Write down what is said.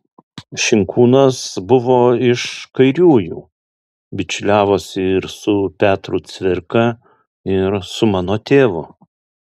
šinkūnas buvo iš kairiųjų bičiuliavosi ir su petru cvirka ir su mano tėvu